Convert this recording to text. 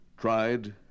tried